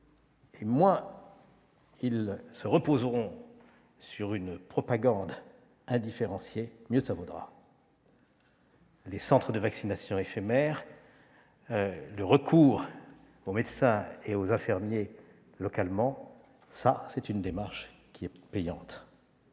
ces derniers se reposeront sur une propagande indifférenciée, mieux cela vaudra. Les centres de vaccination éphémères et le recours aux médecins et aux infirmiers locaux constituent une démarche payante.